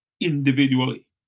individually